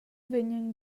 vegnan